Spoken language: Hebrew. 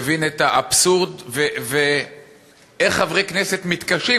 מבין את האבסורד ואיך חברי כנסת מתקשים,